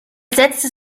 setzte